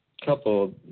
couple